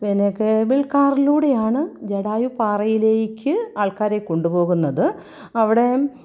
പിന്നെ കേബിൾ കാറിലൂടെയാണ് ജടായു പാറയിലേക്ക് ആൾക്കാരെ കൊണ്ടു പോകുന്നത് അവ്ടെ